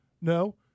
No